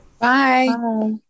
Bye